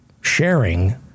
sharing